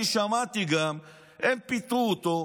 אני גם שמעתי שהם פיטרו אותו.